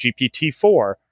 GPT-4